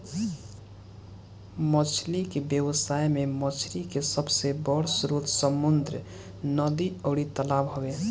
मछली के व्यापार में मछरी के सबसे बड़ स्रोत समुंद्र, नदी अउरी तालाब हवे